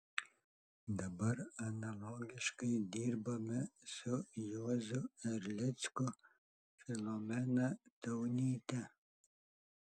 dabar analogiškai dirbame su juozu erlicku filomena taunyte